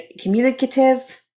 communicative